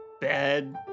bed